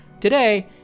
Today